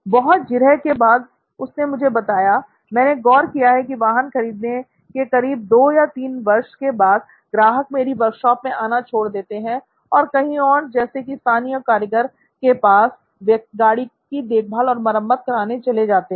बहुत जिरह के बाद उसने मुझे बताया "मैंने गौर किया है कि वाहन खरीदने के करीब 2 या 3 वर्ष के बाद ग्राहक मेरी वर्कशॉप में आना छोड़ देते हैं और कहीं और जैसे कि स्थानीय कारीगर के पास गाड़ी की देखभाल और मरम्मत कराने चले जाते हैं